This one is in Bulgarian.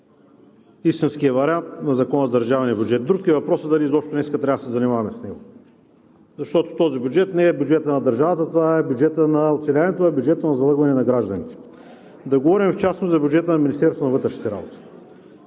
истинският вариант на Закона за държавния бюджет. Друг е въпросът дали изобщо днес трябва да се занимаваме с него, защото този бюджет не е бюджетът на държавата, това е бюджетът на оцеляването, на бюджетното залъгване на гражданите. Да говорим в частност за бюджета на Министерство на вътрешните работи.